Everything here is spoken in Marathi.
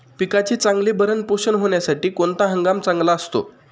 पिकाचे चांगले भरण पोषण होण्यासाठी कोणता हंगाम चांगला असतो?